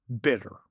bitter